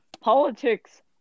politics